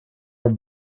are